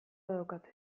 daukate